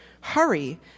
Hurry